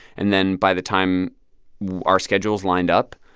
and then by the time our schedules lined up,